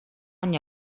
any